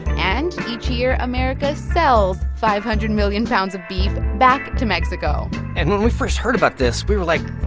and each year, america sells five hundred million pounds of beef back to mexico and when we first heard about this, we were like,